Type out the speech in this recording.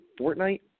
Fortnite